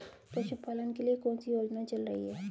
पशुपालन के लिए कौन सी योजना चल रही है?